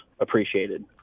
appreciated